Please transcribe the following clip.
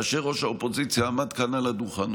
כאשר ראש האופוזיציה עמד כאן על הדוכן,